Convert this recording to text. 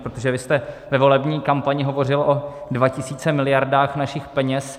Protože vy jste ve volební kampani hovořil o 2 tisících miliardách našich peněz.